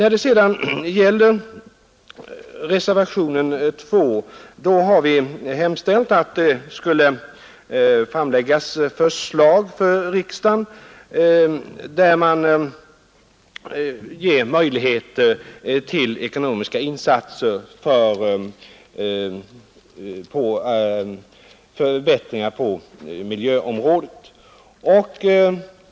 I reservationen 2 har vi hemställt att riksdagen föreläggs förslag, vilka ger möjligheter till ekonomiska insatser för förbättringar på miljöområdet.